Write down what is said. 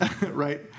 right